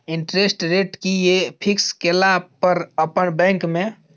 Interest rate कि ये fix केला पर अपन बैंक में?